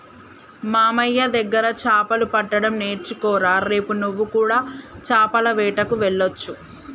మామయ్య దగ్గర చాపలు పట్టడం నేర్చుకోరా రేపు నువ్వు కూడా చాపల వేటకు వెళ్లొచ్చు